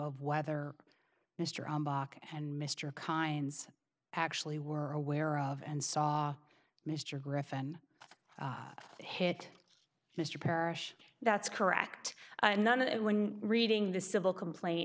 of whether mr on bach and mr kinds actually were aware of and saw mr griffen hit mr parrish that's correct and none of it when reading the civil complaint